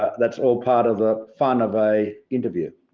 that's all part of the fun of a interview.